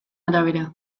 arabera